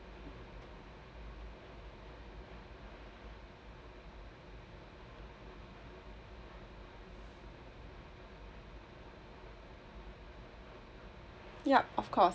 yup of course